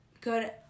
good